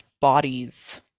bodies